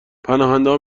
پناهندهها